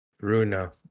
Runa